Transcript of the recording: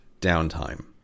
downtime